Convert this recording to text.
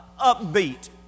upbeat